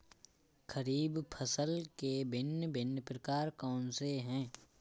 खरीब फसल के भिन भिन प्रकार कौन से हैं?